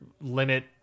limit